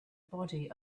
body